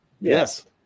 Yes